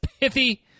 pithy